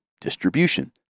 distribution